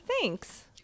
thanks